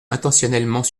intentionnellement